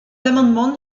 l’amendement